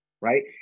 right